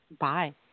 Bye